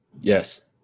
Yes